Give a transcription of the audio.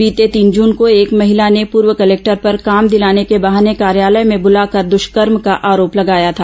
बीते तीन जन को एक महिला ने पूर्व कलेक्टर पर काम दिलाने के बहाने कार्यालय में बुलाकर दुष्कर्म का आरोप लगाया था